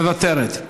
מוותרת.